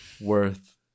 worth